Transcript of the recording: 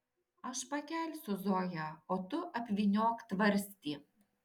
aš pakelsiu zoją o tu apvyniok tvarstį